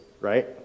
right